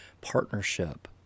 partnership